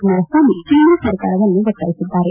ಕುಮಾರಸ್ನಾಮಿ ಕೇಂದ್ರ ಸರ್ಕಾರವನ್ನು ಒತ್ತಾಯಿಸಿದ್ದಾರೆ